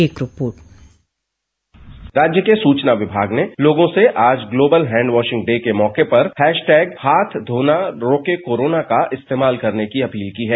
एक report dispatch राज्य के सूचना विभाग ने लोगों से आज ग्लोबल हैंड वाशिंग डे के मौके पर हैश टैग हाथ धोना धो के करो ना का इस्तेमाल करने की अपील की है